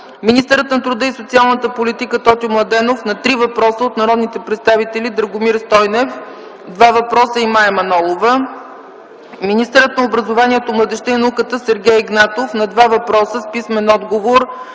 Министърът на труда и социалната политика Тотю Младенов на три въпроса: от народните представители Драгомир Стойнев – два въпроса, и Мая Манолова. Министърът на образованието, младежта и науката Сергей Игнатов – на два въпроса с писмен отговор